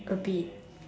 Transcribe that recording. a bit